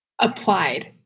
applied